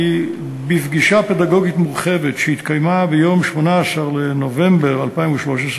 כי בפגישה פדגוגית מורחבת שהתקיימה ביום 18 בנובמבר 2013,